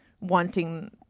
wanting